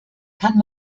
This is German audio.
kann